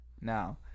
Now